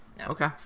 Okay